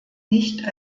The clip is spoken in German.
nicht